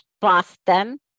Boston